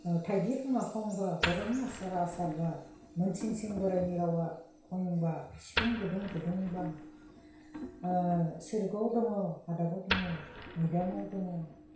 थाइगिरनि खङा खंबा बर'नि आसारा आसारबा मोनसिंसिं बोराइनि रावा फंबा सिफुं गुदुं गुदुंबा सोरगोआव दङ हाददाव दङ मैदामाव दङ